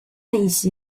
一些